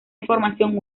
información